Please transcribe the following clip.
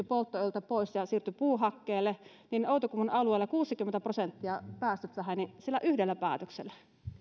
polttoöljyltä pois puuhakkeelle niin outokummun alueella kuusikymmentä prosenttia päästöt vähenivät sillä yhdellä päätöksellä